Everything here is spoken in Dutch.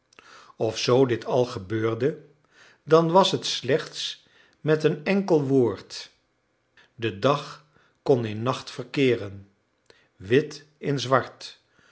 zoo dit al gebeurde dan was het slechts met een enkel woord de dag kon in nacht verkeeren wit in zwart